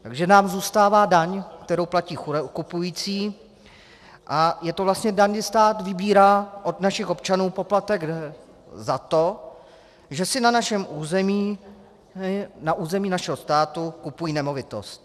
Takže nám zůstává daň, kterou platí kupující, a je to vlastně daň, kdy stát vybírá od našich občanů poplatek za to, že si na našem území, na území našeho státu, kupují nemovitost.